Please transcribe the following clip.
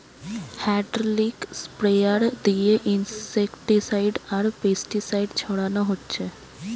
hydraulic sprayer দিয়ে insecticide আর pesticide ছোড়ানা হচ্ছে